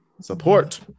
Support